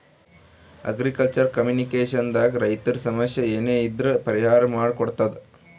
agriculture communication ದಾಗ್ ರೈತರ್ ಸಮಸ್ಯ ಏನರೇ ಇದ್ರ್ ಪರಿಹಾರ್ ಮಾಡ್ ಕೊಡ್ತದ್